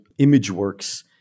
Imageworks